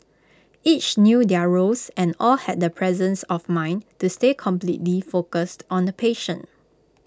each knew their roles and all had the presence of mind to stay completely focused on the patient